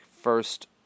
first